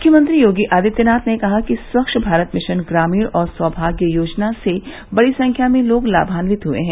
मुख्यमंत्री योगी आदित्यनाथ ने कहा है कि स्वच्छ भारत मिशन ग्रमीण और सौभाग्य योजना से बड़ी संख्या में लोग लामान्वित हुए हैं